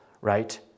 right